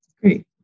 Great